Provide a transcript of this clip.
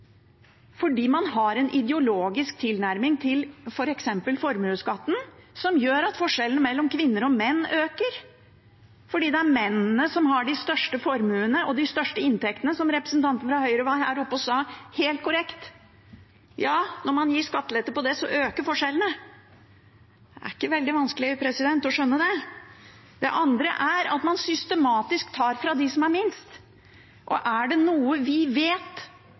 fordi man har en ideologisk tilnærming til f.eks. formuesskatten som gjør at forskjellen mellom kvinner og menn øker, fordi det er mennene som har de største formuene og de største inntektene, som representanten fra Høyre var her oppe og helt korrekt sa. Ja, når man gir skattelette på det, øker forskjellene. Det er ikke veldig vanskelig å skjønne det. Det andre er at man systematisk tar fra dem som har minst. Og er det noe vi vet,